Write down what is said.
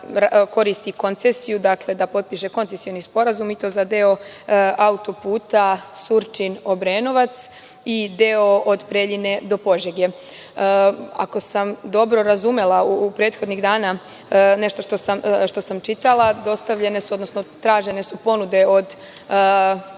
koristi koncesiju, da potpiše koncesivni sporazum i to za deo autoputa Surčin-Obrenovac i deo od Preljine do Požege. Ako sam dobro razumela prethodnih dana, nešto što sam čitala, dostavljene su, odnosno tražene su ponude od nekoliko